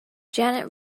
janet